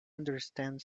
understand